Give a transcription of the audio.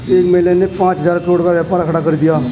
एक महिला ने पांच हजार करोड़ का व्यापार खड़ा कर दिया